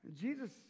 Jesus